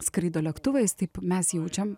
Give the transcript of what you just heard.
skraido lėktuvais taip mes jaučiam